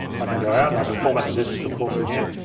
i can go out and i can format the disks of course in here,